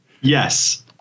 Yes